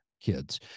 kids